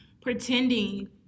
pretending